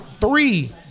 three